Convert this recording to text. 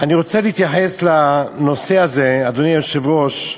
אני רוצה להתייחס לנושא הזה, אדוני היושב-ראש,